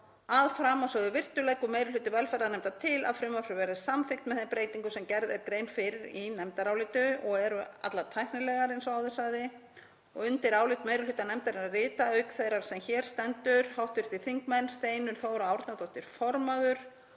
Að framansögðu virtu leggur meiri hluti velferðarnefndar til að frumvarpið verði samþykkt með þeim breytingum sem gerð er grein fyrir í nefndarálitinu og eru allar tæknilegar eins og áður sagði. Undir álit meiri hluta nefndarinnar rita, auk þeirrar sem hér stendur, hv. þingmenn Steinunn Þóra Árnadóttir formaður,